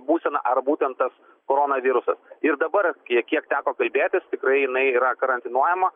būsena ar būtent tas koronavirusas ir dabar tiek kiek teko kalbėtis tikrai jinai yra karantinuojama